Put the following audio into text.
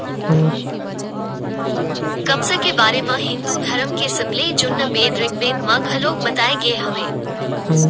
कपसा के बारे म हिंदू धरम के सबले जुन्ना बेद ऋगबेद म घलोक बताए गे हवय